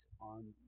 on